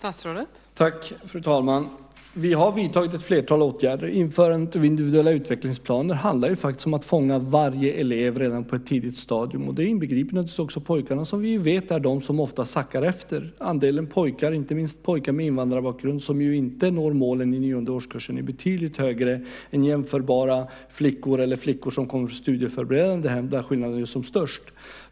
Fru talman! Vi har vidtagit ett flertal åtgärder. Införandet av individuella utvecklingsplaner handlar om att fånga varje elev redan på ett tidigt stadium. Det inbegriper naturligtvis också pojkarna, som vi ju vet är de som ofta sackar efter. Andelen pojkar, inte minst pojkar med invandrarbakgrund, som inte når målen i nionde årskursen är betydligt högre än för jämförbara flickor eller flickor som kommer från studieförberedande hem, där skillnaden är som störst.